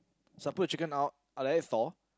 so I put the chicken out I let it thaw